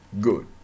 good